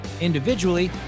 individually